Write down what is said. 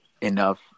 enough